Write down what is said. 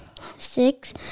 six